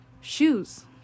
shoes